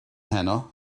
heno